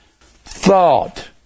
thought